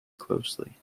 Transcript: closely